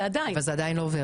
אבל זה עדיין לא עובר.